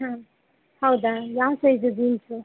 ಹಾಂ ಹೌ್ದಾ ಯಾವ ಸೈಜ್ ಜೀನ್ಸು